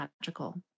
magical